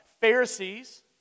Pharisees